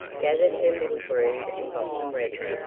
gathered her little brood and got them ready.